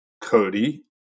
Cody